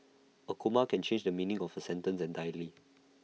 A comma can change the meaning of A sentence entirely